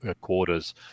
quarters